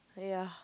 ya